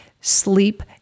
sleep